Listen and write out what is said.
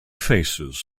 faces